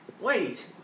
Wait